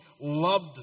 loved